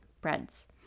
breads